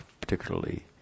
particularly